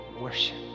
worship